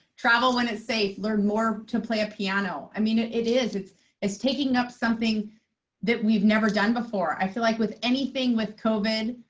travel when it's safe. learn more to play a piano. i mean, it it is. it's it's taking up something that we've never done before. i feel like with anything with covid,